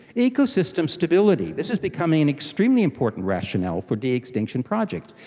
ecosystem stability. this is becoming an extremely important rationale for de-extinction projects.